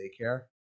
daycare